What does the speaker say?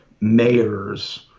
mayors